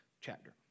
chapter